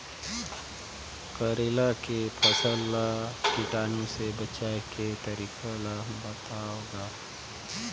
करेला कर फसल ल कीटाणु से बचाय के तरीका ला बताव ग?